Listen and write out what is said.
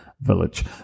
village